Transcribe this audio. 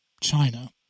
China